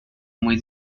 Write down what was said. muy